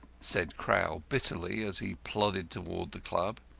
said crowl, bitterly, as he plodded towards the club,